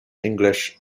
english